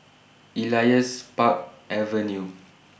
Elias Park Avenue